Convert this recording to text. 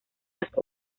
las